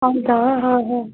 ಹೌದಾ ಹಾಂ ಹಾಂ